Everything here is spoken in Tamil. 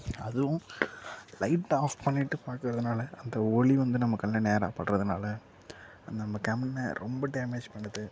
அதுவும் லைட் ஆப் பண்ணிகிட்டு பார்க்குறதுனால அந்த ஒளி வந்து நம்ம கண்ணில் நேராக படுகிறதுனால நம்ம கண்ணை ரொம்ப டேமேஜ் பண்ணுது